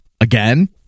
again